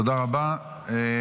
תודה רבה.